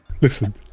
Listen